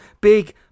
Big